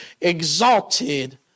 exalted